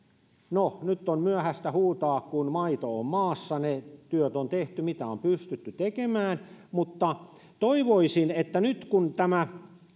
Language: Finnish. no nyt on myöhäistä huutaa kun maito on maassa ne työt on tehty mitä on pystytty tekemään mutta toivoisin että nyt kun